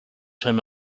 term